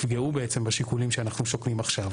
יפגעו בשיקולים שאנחנו שוקלים עכשיו.